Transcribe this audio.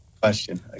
question